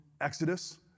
Exodus